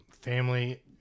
family